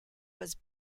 was